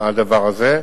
הדבר הזה.